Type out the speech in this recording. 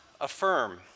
affirm